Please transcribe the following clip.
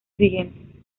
siguiente